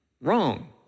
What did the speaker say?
Wrong